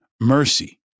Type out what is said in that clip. mercy